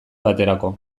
baterako